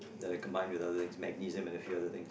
that are combined with other things magnesium and a few other things